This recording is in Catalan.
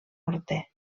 morter